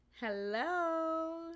Hello